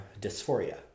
dysphoria